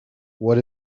what